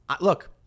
Look